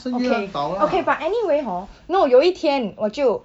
okay okay but anyway hor no 有一天我就